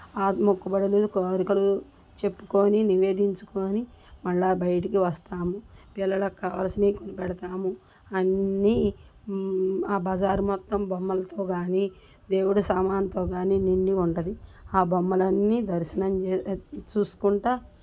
ఆ మొక్కుబడులు కోరికలు చెప్పుకోని నివేదించుకోని మళ్ళీ బయటికి వస్తాము పిల్లలకి కావాల్సినవి కొనిపెడతాము అన్నీ ఆ బజార్ మొత్తం బొమ్మల్తో కాని దేవుడు సామాన్తో కాని నిండి ఉంటుంది ఆ బొమ్మలన్నీ దర్శనం చూసుకుంటూ